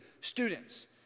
students